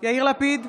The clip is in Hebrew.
יאיר לפיד,